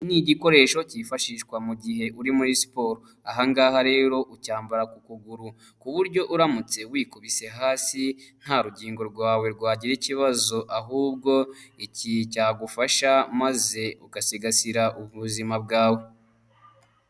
N'igikoresho cyifashishwa mu mugihe uri muri siporo ahangaha rero ucyambara ku kuguru ku buryo uramutse wikubise hasi nta rugingo rwawe rwagira ikibazo ahubwo iki cyagufasha maze ugasigasira ubuzima bwawe.